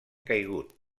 caigut